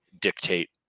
dictate